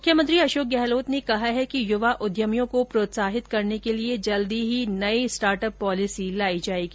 मुख्यमंत्री अशोक गहलोत ने कहा है कि युवा उद्यमियों को प्रोत्साहित करने के लिये जल्दी ही नई स्टार्टअप पोलिसी लाई जायेगी